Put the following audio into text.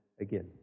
again